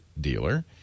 dealer